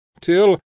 till